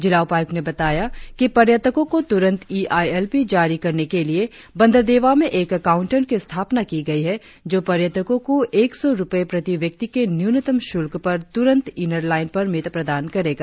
जिला उपायुक्त ने बताया कि पर्यटको को तुरंत इ आईएलपी जारी करने के लिए बंदरदेवा में एक काउंटर की स्थापना की गई है जो पर्यटको को एक सौ रुपये प्रति व्यक्ति के न्यूनतम शुल्क पर तुरंत इनरलाईन पर्मिट प्रदान करेगा